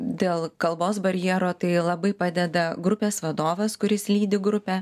dėl kalbos barjero tai labai padeda grupės vadovas kuris lydi grupę